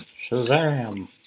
Shazam